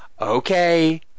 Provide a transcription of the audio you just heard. okay